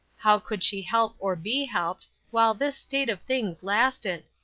how could she help or be helped, while this state of things lasted?